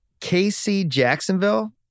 KC-Jacksonville